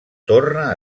torna